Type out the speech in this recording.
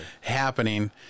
happening